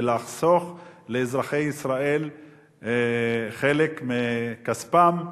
ולחסוך לאזרחי ישראל חלק מכספם,